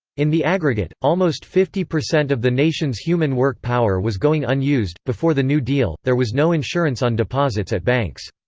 in the aggregate, almost fifty percent of the nation's human work-power was going unused before the new deal, there was no insurance on deposits at banks.